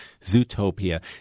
Zootopia